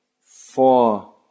four